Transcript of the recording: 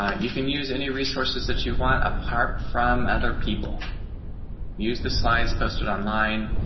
ah you can use any resources that you want, apart from other people use the slides posted online.